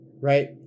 right